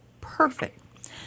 Perfect